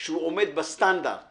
שהוא עומד בסטנדרט